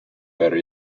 per